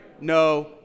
no